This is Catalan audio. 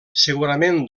segurament